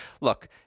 look